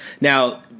now